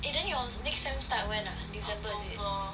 eh then your next sem start when ah